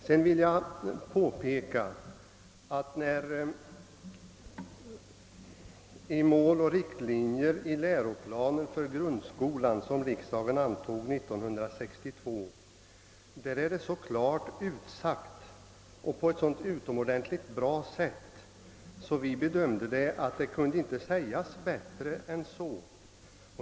Sedan vill jag påpeka att i Mål och riktlinjer i läroplanen för grundskolan, som riksdagen antog 1962, målsättningen på ett utomordentligt bra sätt är klart utsagd och att den inte kunde formulerats bättre.